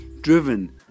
driven